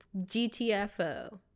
GTFO